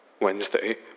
Wednesday